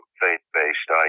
faith-based